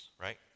right